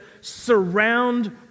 surround